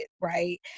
right